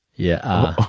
yeah.